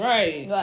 Right